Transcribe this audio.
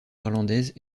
irlandaise